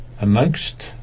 amongst